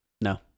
No